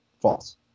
False